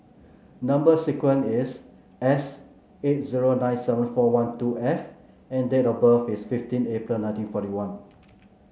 number sequence is S eight zero nine seven four one two F and date of birth is fifteen April nineteen forty one